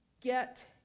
get